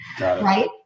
Right